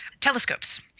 telescopes